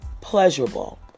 pleasurable